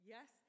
Yes